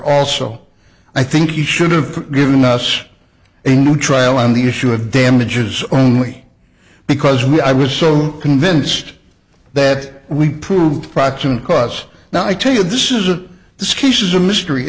also i think he should've given us a new trial on the issue of damages only because we i was so convinced that we prove proximate cause now i tell you this is a this case is a mystery